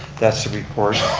that's the report.